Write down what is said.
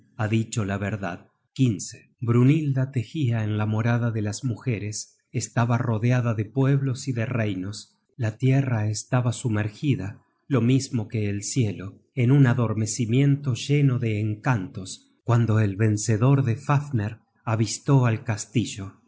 ha dicho la verdad content from google book search generated at brynhilda tejia en la morada de las mujeres estaba rodeada de pueblos y de reinos la tierra estaba sumergida lo mismo que el cielo en un adormecimiento lleno de encantos cuando el vencedor de fafner avistó al castillo